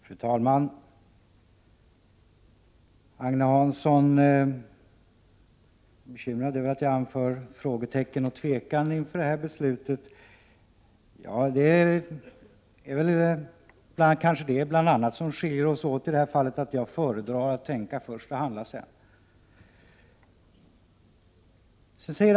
Fru talman! Agne Hansson är bekymrad över att jag sätter frågetecken och anför tvekan inför detta beslut. Det är kanske bl.a. det som skiljer oss åt i det här fallet, att jag föredrar att tänka först och handla sedan.